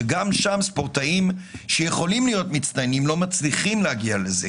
שגם שם ספורטאים שיכולים להיות מצטיינים לא מצליחים להגיע לזה.